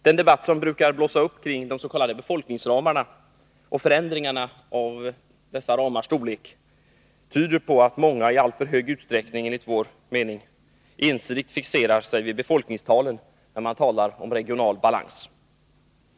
Den debatt som brukar blossa upp kring de s.k. befolkningsramarna och förändringarna av deras storlek tyder på att många, enligt vår mening, i alltför stor utsträckning ensidigt fixerar sig vid befolkningstalen när de talar om regional balans.